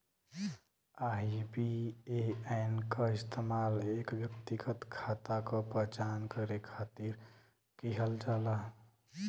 IBAN क इस्तेमाल एक व्यक्तिगत खाता क पहचान करे खातिर किहल जाला